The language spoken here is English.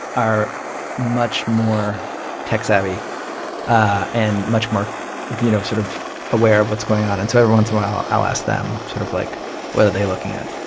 are much more tech savvy and much more you know sort of aware of what's going on. and so every once in awhile i'll ask them sort of like what are they looking at.